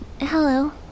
hello